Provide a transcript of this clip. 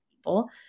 people